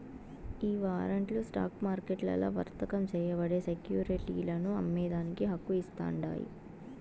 ఈ వారంట్లు స్టాక్ మార్కెట్లల్ల వర్తకం చేయబడే సెక్యురిటీలను అమ్మేదానికి హక్కు ఇస్తాండాయి